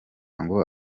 ngo